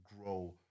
grow